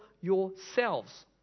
yourselves